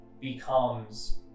becomes